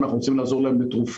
אנחנו רוצים לעזור להם בתרופות,